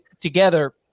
together